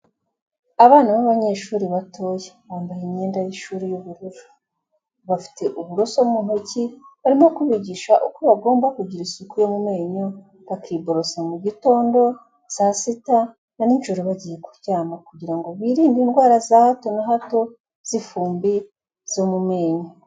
Abana b'abanyeshuri batoya bambaye imyenda y'ishuri y'ubururu, bafite uburoso mu ntoki barimo kubigisha uko bagomba kugira isuku yo mu menyo bakiborosa mu gitondo, saa sita na ninjoro bagiye kuryama kugira ngo birinde indwara za hato na hato z'ifumbi zo mu menyo.